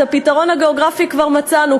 את הפתרון הגיאוגרפי כבר מצאנו,